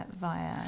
via